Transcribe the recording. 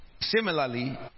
Similarly